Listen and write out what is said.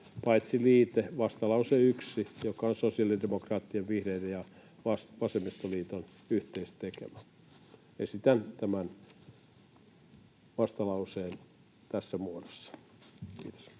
paitsi liite, vastalause yksi, joka on sosiaalidemokraattien, vihreiden ja vasemmistoliiton yhteisesti tekemä. Esitän tämän vastalauseen tässä muodossa. — Kiitos.